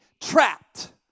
trapped